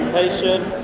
patient